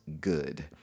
good